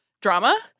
drama